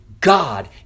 god